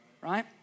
right